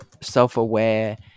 self-aware